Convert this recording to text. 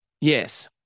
Yes